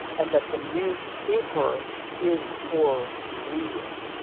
and that the newspaper is for reading.